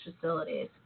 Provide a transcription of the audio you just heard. facilities